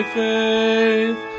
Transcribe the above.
faith